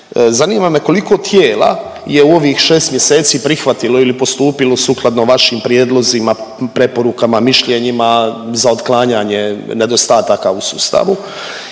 zanima me koliko tijela je u ovih 6 mjeseci prihvatilo ili postupilo sukladno vašim prijedlozima, preporukama, mišljenjima za otklanjanje nedostataka u sustavu